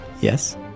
Yes